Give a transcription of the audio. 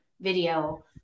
video